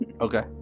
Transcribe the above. Okay